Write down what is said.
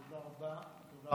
תודה רבה.